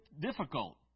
difficult